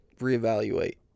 reevaluate